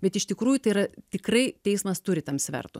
bet iš tikrųjų tai yra tikrai teismas turi tam svertų